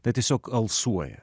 tai tiesiog alsuoja